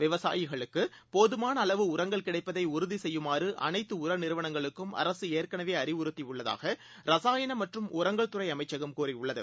விவசாயிகளுக்குபோதுமானஅளவுஉரங்கள்கிடைப்பதைஉறுதிசெய்யுமாறுஅ னைத்துஉரநிறுவனங்களுக்கும்அரசுஏற்கனவேஅறிவுறுத்தியுள்ளதாகரசாயனம்மற்றும் உரங்கள்துறைஅமைச்சகம்கூறியுள்ளது